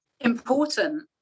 Important